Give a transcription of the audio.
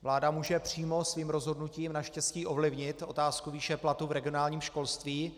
Vláda může přímo svým rozhodnutím naštěstí ovlivnit otázku výše platu v regionálním školství.